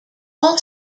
all